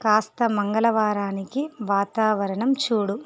కాస్త మంగళవారానికి వాతావరణం చూడు